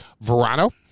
Verano